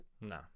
No